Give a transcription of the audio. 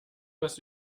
das